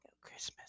Christmas